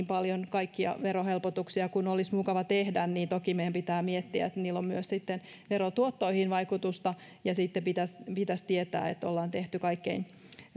paljon kaikkia verohelpotuksia kuin olisikin mukava tehdä niin toki meidän pitää miettiä että niillä on myös sitten verotuottoihin vaikutusta ja sitten pitäisi pitäisi tietää että ollaan tehty kaikkein